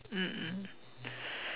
mm mm